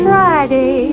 Friday